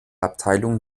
abteilungen